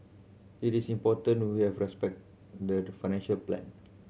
it is important we have respect the financial plan